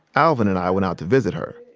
alvin and i went out to visit her.